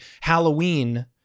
Halloween